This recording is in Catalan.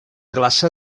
glaça